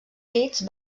leeds